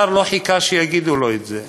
השר לא חיכה שיגידו לו את זה,